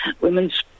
women's